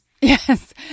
Yes